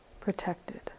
protected